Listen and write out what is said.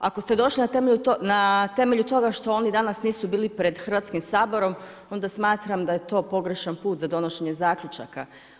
Ako ste došli na temelju toga što oni danas nisu bili pred Hrvatskim saborom onda smatram da je to pogrešan put za donošenje zaključaka.